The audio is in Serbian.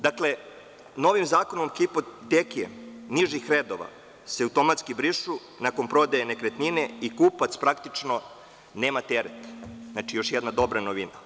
Dakle, novim Zakonom o hipoteci, nižih redova, se automatski brišu nakon prodaje nekretnine i kupac praktično nema teret, znači još jedna dobra novina.